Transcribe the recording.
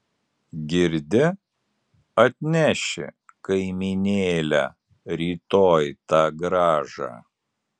girdi atneši kaimynėle rytoj tą grąžą